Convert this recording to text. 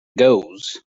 goes